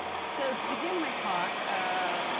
so to begin my talk, ah